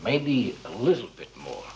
maybe a little bit more